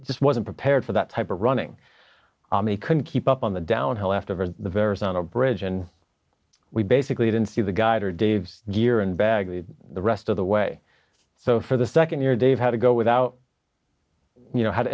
just wasn't prepared for that type of running on they couldn't keep up on the downhill after the verizon abridge and we basically didn't see the guide or dave's gear and bagley the rest of the way so for the second year dave had to go without you know how to